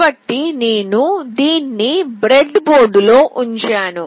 కాబట్టి నేను దీన్ని బ్రెడ్బోర్డ్లో ఉంచాను